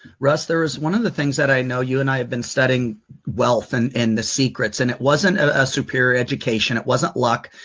russ, there's one of the things that i know you and i have been setting wealth and and the secrets and it wasn't a superior education and it wasn't luck.